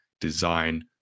design